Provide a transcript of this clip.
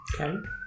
Okay